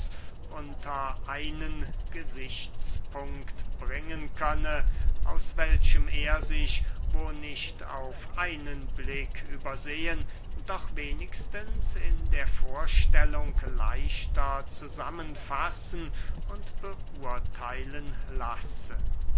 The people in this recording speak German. unter einen gesichtspunkt bringen könne aus welchem er sich wo nicht auf einen blick übersehen doch wenigstens in der vorstellung leichter zusammenfassen und beurtheilen lasse